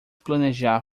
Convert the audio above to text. planejar